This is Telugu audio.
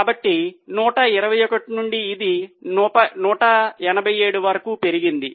కాబట్టి 121 నుండి ఇది 187 వరకు పెరిగింది